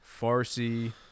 Farsi